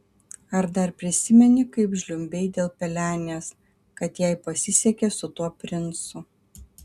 ar dar prisimeni kaip žliumbei dėl pelenės kad jai pasisekė su tuo princu